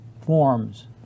forms